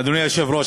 אדוני היושב-ראש,